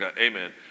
Amen